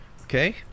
Okay